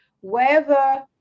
wherever